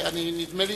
אבל נדמה לי,